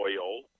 oil